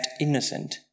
innocent